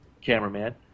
cameraman